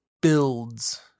builds